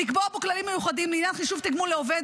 ולקבוע בו כללים מיוחדים לעניין חישוב התגמול לעובד